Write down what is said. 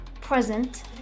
present